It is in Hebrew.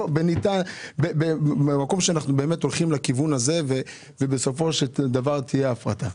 אנחנו הולכים לכיוון הזה ובסופו של דבר תהיה הפרדה.